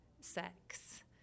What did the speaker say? sex